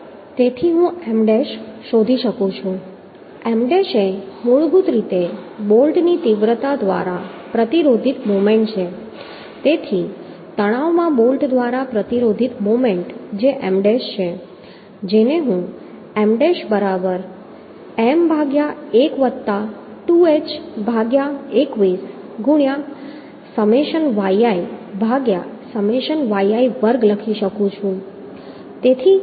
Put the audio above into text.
તેથી હું M dash શોધી શકું છું M ડૅશ એ મૂળભૂત રીતે બોલ્ટની તીવ્રતા દ્વારા પ્રતિરોધિત મોમેન્ટ છે તેથી તણાવમાં બોલ્ટ દ્વારા પ્રતિરોધિત મોમેન્ટ જે M ડૅશ છે જેને હું M ડૅશ બરાબર M ભાગ્યા 1 વત્તા 2h ભાગ્યા 21 ગુણ્યાં સમેશન yi ભાગ્યા સમેશન yi વર્ગ લખી શકું છું